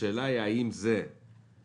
השאלה היא האם זה בגלל